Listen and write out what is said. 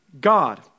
God